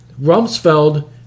Rumsfeld